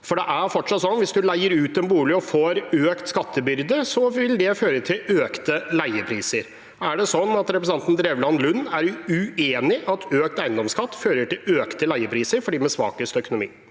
for det er fortsatt slik at hvis man leier ut en bolig og får økt skattebyrde, vil det føre til økte leiepriser. Er det slik at representanten Drevland Lund er uenig i at økt eiendomsskatt fører til økte leiepriser for dem med svakest økonomi?